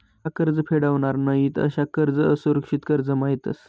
ज्या कर्ज फेडावनार नयीत अशा कर्ज असुरक्षित कर्जमा येतस